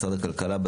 משרד הכלכלה,